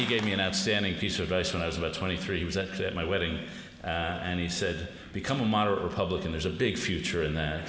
he gave me an outstanding piece of advice when i was about twenty three he was at it my wedding and he said become a moderate republican there's a big future in that